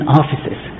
offices